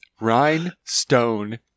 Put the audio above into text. Rhinestone